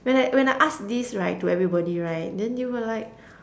when I when I ask this right to everybody right then they were like